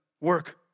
work